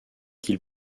qu’il